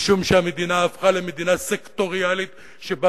משום שהמדינה הפכה למדינה סקטוריאלית שבה